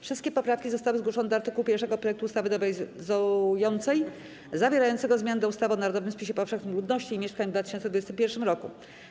Wszystkie poprawki zostały zgłoszone do art. 1 projektu ustawy nowelizującej zawierającego zmiany do ustawy o narodowym spisie powszechnym ludności i mieszkań w 2021 r.